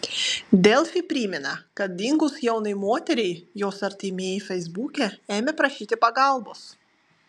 delfi primena kad dingus jaunai moteriai jos artimieji feisbuke ėmė prašyti pagalbos